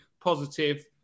positive